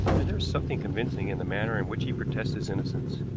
and there is something convincing in the manner in which he protests his innocence.